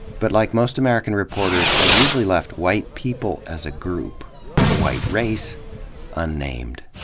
but like most american reporters, i've usually left white people as a group the white race unnamed.